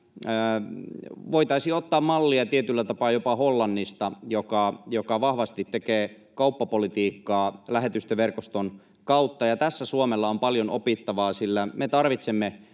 voitaisiin ottaa mallia tietyllä tapaa jopa Hollannista, joka vahvasti tekee kauppapolitiikkaa lähetystöverkoston kautta. Tässä Suomella on paljon opittavaa, sillä me tarvitsemme